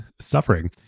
suffering